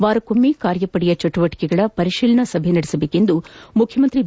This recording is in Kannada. ವಾರಕ್ಕೊಮ್ಮೆ ಕಾರ್ಯಪದೆಯ ಚಟುವಟಿಕೆಗಳ ಪರಿಶೀಲನಾ ಸಭೆ ನಡೆಸುವಂತೆ ಮುಖ್ಯಮಂತ್ರಿ ಬಿ